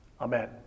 Amen